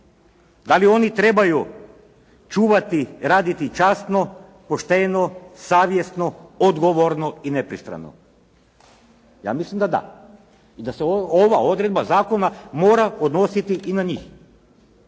Da li oni trebaju čuvati, raditi časno, pošteno, savjesno, odgovorno i nepristrano? Ja mislim da da i da se ova odredba zakona mora odnositi i na njih.